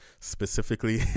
Specifically